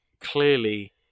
clearly